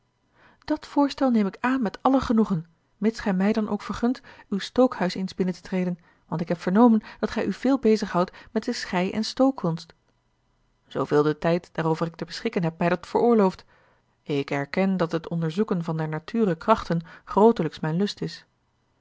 dat voorstel neem ik aan met alle genoegen mits gij mij dan ook vergunt uw stookhuis eens binnen te treden want ik heb vernomen dat gij u veel bezighoudt met de schei en stookkonst zooveel de tijd daarover ik te beschikken heb mij dat veroorlooft ik erken dat het onderzoeken van der nature krachten grootelijks mijn lust is